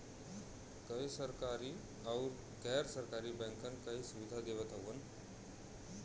कई सरकरी आउर गैर सरकारी बैंकन कई सुविधा देवत हउवन